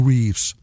Reeves